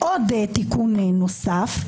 עוד תיקון נוסף,